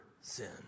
sin